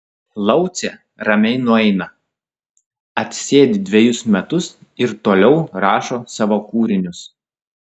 laucė ramiai nueina atsėdi dvejus metus ir toliau rašo savo kūrinius